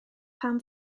pam